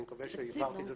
ואני מקווה שהבהרתי את זה,